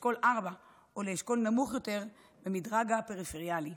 ולאשכול 4 או לאשכול נמוך יותר במדרג הפריפריאלי.